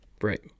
right